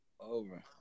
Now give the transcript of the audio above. Over